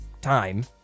time